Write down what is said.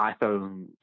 iPhone